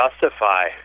justify